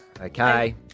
Okay